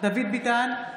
דוד ביטן,